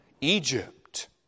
Egypt